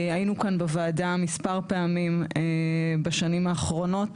היינו כאן בוועדה מספר פעמים בשנים האחרונות.